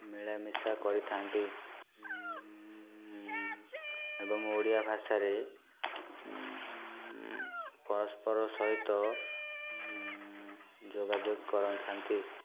ମିଳାମିଶା କରିଥାନ୍ତି ଏବଂ ଓଡ଼ିଆ ଭାଷାରେ ପରସ୍ପର ସହିତ ଯୋଗାଯୋଗ କରଥାନ୍ତି